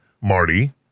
Marty